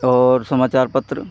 और समाचार पत्र